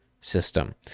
System